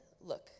look